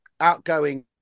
outgoing